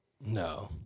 No